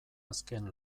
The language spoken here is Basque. azken